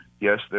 Yes